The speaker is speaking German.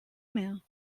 mehr